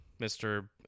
Mr